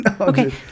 Okay